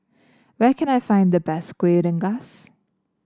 where can I find the best Kuih Rengas